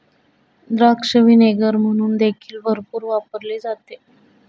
द्राक्ष व्हिनेगर म्हणून देखील भरपूर वापरले जाते